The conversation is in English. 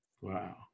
Wow